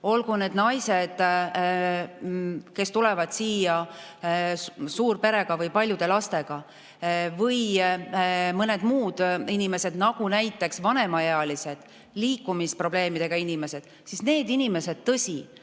olgu nad naised, kes tulevad siia suurperega või paljude lastega, või mõned muud inimesed, näiteks vanemaealised, liikumisprobleemidega inimesed – need inimesed, tõsi,